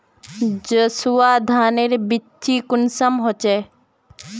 जसवा धानेर बिच्ची कुंसम होचए?